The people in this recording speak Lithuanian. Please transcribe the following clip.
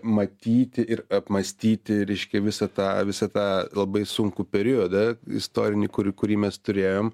matyti ir apmąstyti reiškia visą tą visą tą labai sunkų periodą istorinį kur kurį mes turėjom